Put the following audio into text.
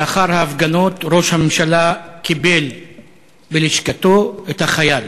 לאחר ההפגנות ראש הממשלה קיבל בלשכתו את החייל